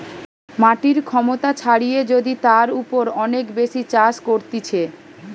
মাটির ক্ষমতা ছাড়িয়ে যদি তার উপর অনেক বেশি চাষ করতিছে